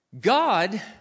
God